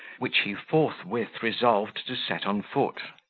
which he forthwith resolved to set on foot.